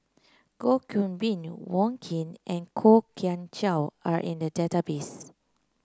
Goh Qiu Bin Wong Keen and Kwok Kian Chow are in the database